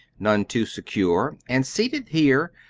none too secure, and, seated here,